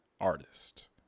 artist